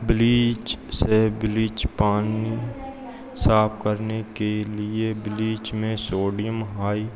bleach से bleach पानी साफ करने के लिए ब्लीच में सोडियम हाई